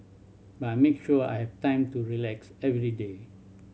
but I make sure I have time to relax every day